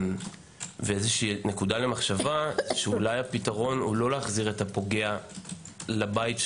אולי הפתרון הוא לא להחזיר את הפוגע לביתו,